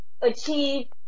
achieve